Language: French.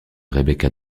rebecca